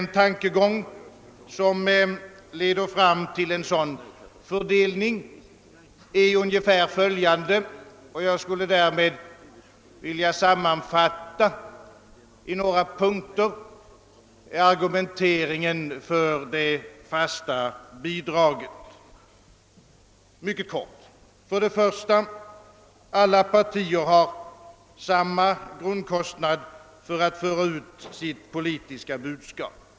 Jag skulle i några punkter mycket kort vilja sammanfatta argumenten för det fasta bidraget: För det första: alla partier har samma grundkostnad för att föra ut sitt politiska budskap.